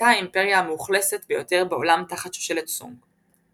הייתה האימפריה המאוכלסת ביותר בעולם תחת שושלת סונג.